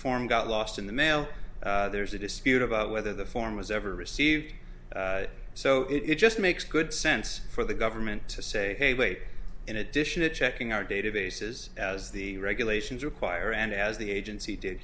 form got lost in the mail there's a dispute about whether the form was ever received so it just makes good sense for the government to say hey wait in addition to checking our databases as the regulations require and as the agency did